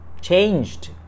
changed